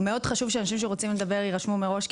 מאוד חשוב שאנשים שרוצים לדבר יירשמו מראש,